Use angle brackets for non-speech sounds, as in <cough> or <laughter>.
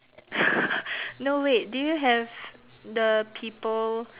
<laughs> no wait do you have the people